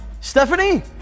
Stephanie